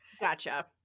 Gotcha